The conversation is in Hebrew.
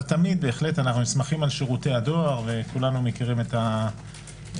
אבל תמיד אנו נסמכים על שירותי הדואר וכולנו מכירים את הכשלים,